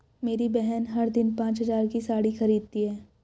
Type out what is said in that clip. मेरी बहन हर दिन पांच हज़ार की साड़ी खरीदती है